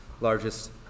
largest